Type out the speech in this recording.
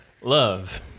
Love